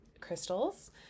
crystals